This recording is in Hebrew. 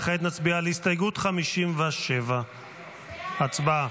כעת נצביע על הסתייגות 57. הצבעה.